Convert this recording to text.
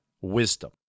wisdom